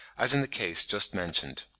as in the case just mentioned.